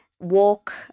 walk